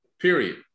Period